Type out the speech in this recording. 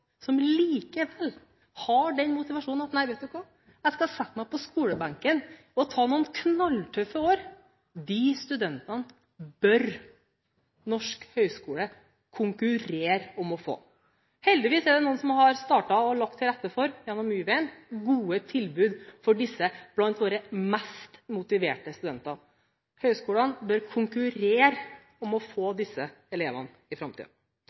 likevel den motivasjonen at vet du hva, jeg skal sette meg på skolebenken og ta noen knalltøffe år. Disse studentene bør norsk høyskole konkurrere om å få. Heldigvis er det noen som har startet, og som har lagt til rette for – gjennom Y-veien – gode tilbud for disse blant våre mest motiverte studenter. Høyskolene bør konkurrere om å få disse elevene i